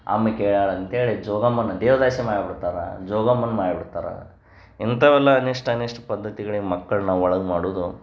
ಅಮ್ಮ ಕೇಳ್ಯಾಳೆ ಅಂತೇಳಿ ಜೋಗಮ್ಮನ ದೇವದಾಸಿ ಮಾಡ್ಬಿಡ್ತಾರೆ ಜೋಗಮ್ಮನ ಮಾಡ್ಬಿಡ್ತಾರೆ ಇಂಥವೆಲ್ಲ ಅನಿಷ್ಟ ಅನಿಷ್ಟ ಪದ್ಧತಿಗಳಿಗೆ ಮಕ್ಕಳನ್ನ ಒಳಗೆ ಮಾಡೋದು